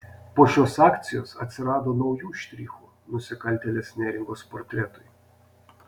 po šios akcijos atsirado naujų štrichų nusikaltėlės neringos portretui